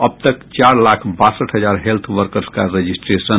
अब तक चार लाख बासठ हजार हेत्थ वर्कर्स का रजिस्ट्रेशन